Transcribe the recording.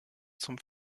zum